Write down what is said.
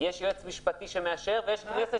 יש יועץ משפטי שמאשר ויש כנסת שמאשרת.